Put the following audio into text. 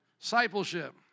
Discipleship